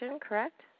correct